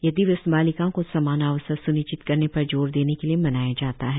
यह दिवस बालिकाओं को समान अवसर स्निश्चित करने पर जोर देने के लिए मनाया जाता है